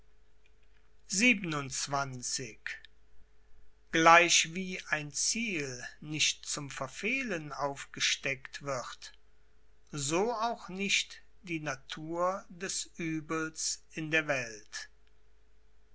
gleichwie ein ziel nicht zum verfehlen aufgesteckt wird so auch nicht die natur des uebels in der welt